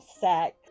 sex